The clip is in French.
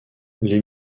les